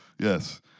Yes